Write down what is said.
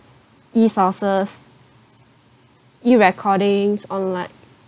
e-sources e-recordings online